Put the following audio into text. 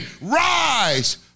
Rise